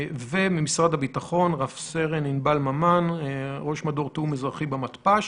וממשרד הביטחון רב סרן ענבל ממן ראש מדור תיאום אזרחי במתפ"ש,